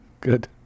Good